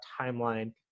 timeline